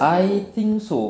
I think so